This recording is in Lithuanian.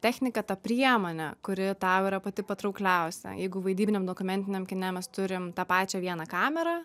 techniką tą priemonę kuri tau yra pati patraukliausia jeigu vaidybiniam dokumentiniam kine mes turim tą pačią vieną kamerą